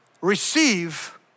Receive